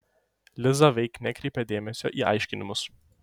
liza veik nekreipė dėmesio į aiškinimus